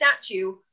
statue